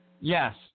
Yes